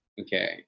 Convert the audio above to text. Okay